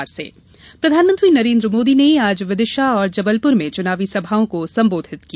मोदी विदिशा प्रधानमंत्री नरेन्द्र मोदी ने आज विदिशा और जबलपुर में चुनावी सभाओं को संबोधित किया